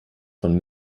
von